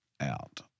out